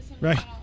Right